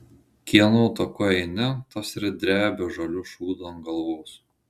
kieno taku eini tas ir drebia žaliu šūdu ant galvos